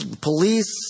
police